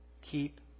Keep